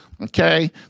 okay